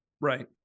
Right